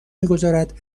میگذارد